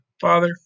father